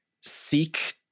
seek